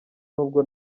nubwo